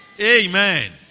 Amen